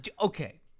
Okay